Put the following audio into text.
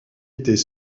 était